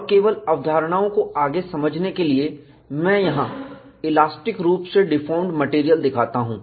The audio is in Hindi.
और केवल अवधारणाओं को आगे समझने के लिए मैं यहां इलास्टिक रूप से डिफॉर्म्ड मेटेरियल दिखाता हूं